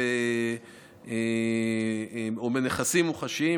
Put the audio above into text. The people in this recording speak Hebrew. "או בנכסים מוחשיים,